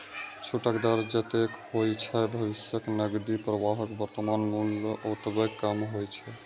छूटक दर जतेक होइ छै, भविष्यक नकदी प्रवाहक वर्तमान मूल्य ओतबे कम होइ छै